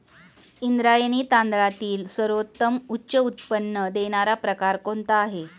इंद्रायणी तांदळातील सर्वोत्तम उच्च उत्पन्न देणारा प्रकार कोणता आहे?